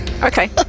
Okay